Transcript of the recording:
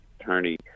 Attorney